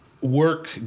work